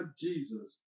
Jesus